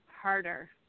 harder